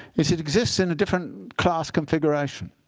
it it exists in a different class configuration.